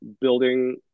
building